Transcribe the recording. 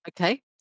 Okay